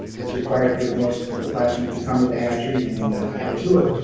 it's required for most of the classrooms to come to the hatchery and have a tour,